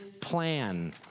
plan